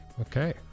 Okay